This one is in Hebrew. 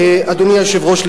אדוני היושב-ראש,